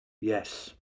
Yes